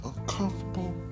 uncomfortable